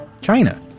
China